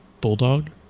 bulldog